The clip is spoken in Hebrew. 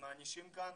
הם מענישים כאן